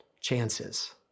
chances